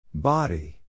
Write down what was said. Body